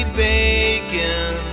bacon